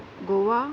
Goa